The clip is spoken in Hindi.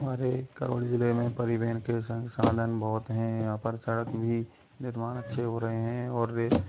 हमारे करौली ज़िले में परिवहन के संसाधन बहुत हैं यहाँ पर सड़क भी निर्माण अच्छी हो रही हैं और वे